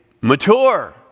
mature